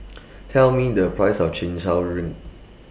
Tell Me The Price of Chin Chow Drink